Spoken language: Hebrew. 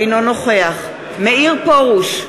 אינו נוכח מאיר פרוש,